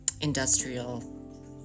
industrial